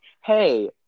hey